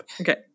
Okay